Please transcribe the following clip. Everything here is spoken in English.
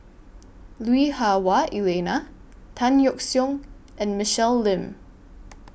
Lui Hah Wah Elena Tan Yeok Seong and Michelle Lim